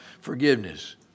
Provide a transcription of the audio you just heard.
forgiveness